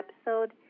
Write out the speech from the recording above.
episode